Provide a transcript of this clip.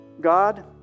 God